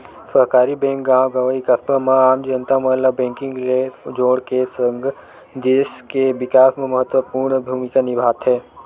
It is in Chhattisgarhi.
सहकारी बेंक गॉव गंवई, कस्बा म आम जनता मन ल बेंकिग ले जोड़ के सगं, देस के बिकास म महत्वपूर्न भूमिका निभाथे